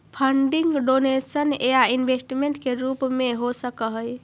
funding donation या investment के रूप में हो सकऽ हई